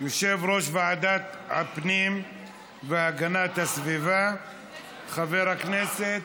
יושב-ראש ועדת הפנים והגנת הסביבה חבר הכנסת